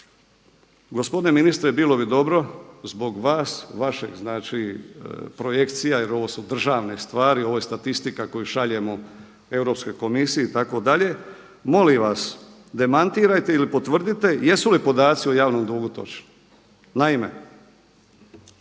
gospodine ministre bilo bi dobro zbog vas, vaših projekcija jer ovo su državne stvari ovo je statistika koju šaljemo Europskoj komisiji itd. molim vas demantirajte ili potvrdite jesu li podaci o javnom dugu točni? Naime,